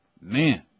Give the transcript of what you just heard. man